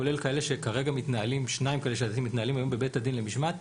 כולל שניים כאלה שמתנהלים היום בבית הדין למשמעת,